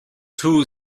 two